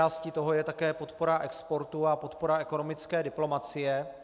Součástí toho je také podpora exportu a podpora ekonomické diplomacie.